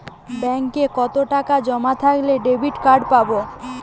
ব্যাঙ্কে কতটাকা জমা থাকলে ডেবিটকার্ড পাব?